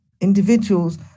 individuals